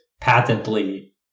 patently